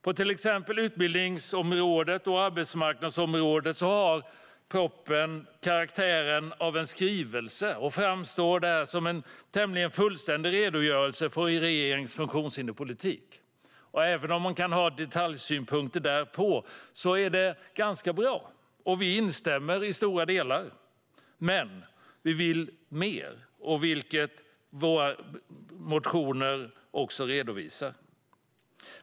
På till exempel utbildningsområdet och arbetsmarknadsområdet har propositionen karaktären av en skrivelse och framstår där som en tämligen fullständig redogörelse för regeringens funktionshinderspolitik. Även om man kan ha detaljsynpunkter på det är det ganska bra, och vi instämmer i stora delar. Men vi vill mer, vilket våra motioner också redovisar.